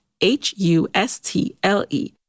H-U-S-T-L-E